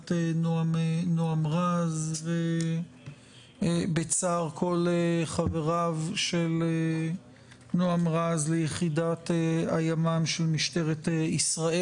משפחת נעם רז ובצער כל חבריו של נעם רז ביחידת הימ"מ של משטרת ישראל.